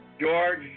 George